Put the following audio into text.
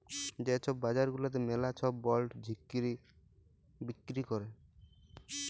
যে ছব বাজার গুলাতে ম্যালা ছব বল্ড বিক্কিরি ক্যরে